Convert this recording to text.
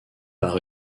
par